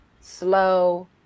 Slow